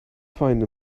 find